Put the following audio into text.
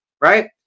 right